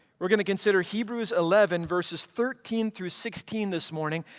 we're going to consider hebrews eleven, verses thirteen through sixteen this morning,